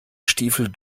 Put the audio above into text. stiefel